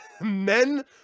Men